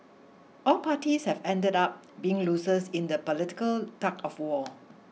all parties have ended up being losers in the political tug of war